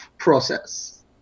process